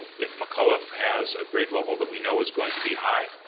if mccullough has a grade level that we know is going to be high,